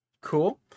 Cool